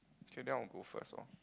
K then I'll go first loh